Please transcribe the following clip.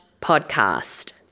podcast